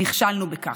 נכשלנו בכך.